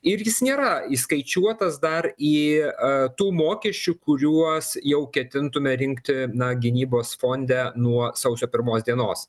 ir jis nėra įskaičiuotas dar į tų mokesčių kuriuos jau ketintume rinkti na gynybos fonde nuo sausio pirmos dienos